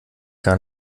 gar